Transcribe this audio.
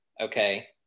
Okay